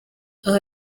aha